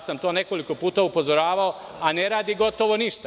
To sam nekoliko puta upozoravao, ali ne radi gotovo ništa.